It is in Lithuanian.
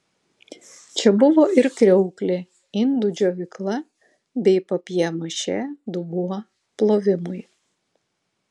čia buvo ir kriauklė indų džiovykla bei papjė mašė dubuo plovimui